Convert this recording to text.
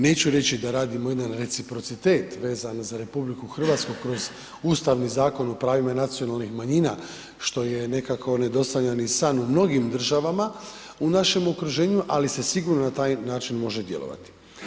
Neću reći da radimo jedan reciprocitet vezan za RH kroz ustavni zakon o pravima nacionalnim manjina, što je nekako nedosanjani san u mnogim državama u našem okruženju, ali se sigurno na taj način može djelovati.